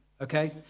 okay